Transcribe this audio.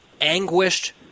anguished